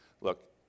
look